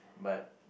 but